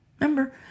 remember